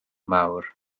mawr